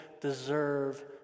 deserve